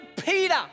Peter